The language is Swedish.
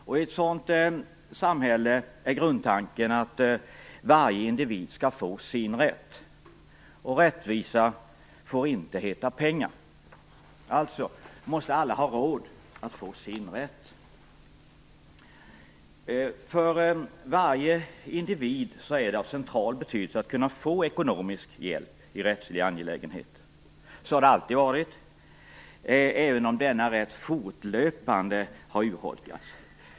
I ett sådant samhälle är grundtanken att varje individ skall få sin rätt. Och rättvisa får inte heta pengar, så därför måste alla ha råd att få sin rätt. För varje individ är det av central betydelse att kunna få ekonomisk hjälp i rättsliga angelägenheter. Så har det alltid varit, även om denna rätt fortlöpande har urholkats.